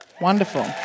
Wonderful